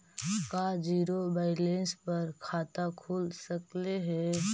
का zero balance पर खाता खुल सकले हे?